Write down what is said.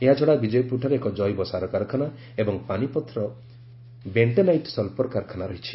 ଏହାଛଡ଼ା ବିଜୟପୁରଠାରେ ଏକ ଜୈବ ସାର କାରଖାନା ଏବଂ ପାନିପଥଠାରେ ବେଶ୍ଜୋନାଇଟ୍ ସଲ୍ଫର କାରଖାନା ରହିଛି